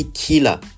killer